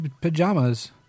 pajamas